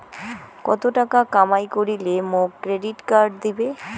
কত টাকা কামাই করিলে মোক ক্রেডিট কার্ড দিবে?